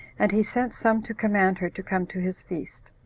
and he sent some to command her to come to his feast.